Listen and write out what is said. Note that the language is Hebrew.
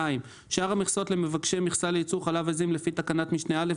שאר המכסות למבקשי מכסה לייצור חלב עזים לפי תקנת משנה (א),